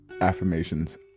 affirmations